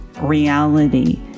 reality